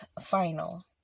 final